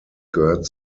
gehört